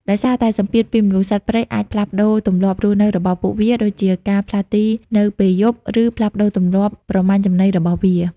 ដោយសារតែសម្ពាធពីមនុស្ស សត្វព្រៃអាចផ្លាស់ប្តូរទម្លាប់រស់នៅរបស់ពួកវា ដូចជាការផ្លាស់ទីនៅពេលយប់ ឬផ្លាស់ប្តូរទម្លាប់ប្រមាញ់ចំណីរបស់វា។